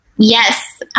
Yes